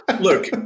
Look